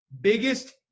biggest